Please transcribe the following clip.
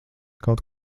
kaut